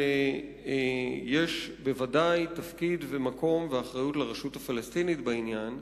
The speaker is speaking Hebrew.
שיש תפקיד ומקום ואחריות לרשות הפלסטינית בעניין,